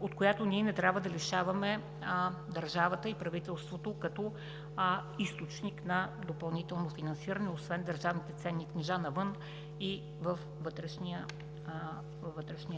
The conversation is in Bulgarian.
от която ние не трябва да лишаваме държавата и правителството като източник на допълнително финансиране, освен държавните ценни книжа навън и във вътрешния